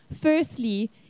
Firstly